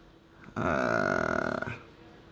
err